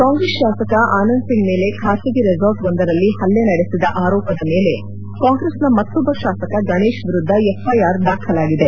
ಕಾಂಗ್ರೆಸ್ ಶಾಸಕ ಆನಂದ್ ಸಿಂಗ್ ಮೇಲೆ ಖಾಸಗಿ ರೆಸಾರ್ಟ್ವೊಂದರಲ್ಲಿ ಪಲ್ಲೆ ನಡೆಸಿದ ಆರೋಪದ ಮೇಲೆ ಕಾಂಗ್ರೆಸ್ನ ಮತ್ತೊಬ್ಬ ಶಾಸಕ ಗಣೇಶ್ ವಿರುದ್ದ ಎಫ್ಐಆರ್ ದಾಖಲಾಗಿದೆ